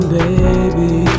baby